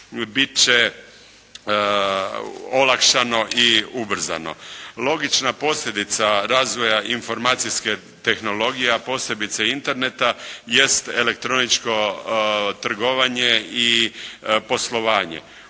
biti će olakšano i ubrzano. Logična posljedica razvoja informacijske tehnologije, a posebice interneta jest elektroničko trgovanje i poslovanje.